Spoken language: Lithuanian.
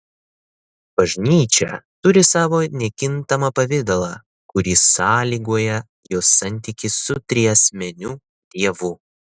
bažnyčia turi savo nekintamą pavidalą kurį sąlygoja jos santykis su triasmeniu dievu